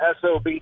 SOB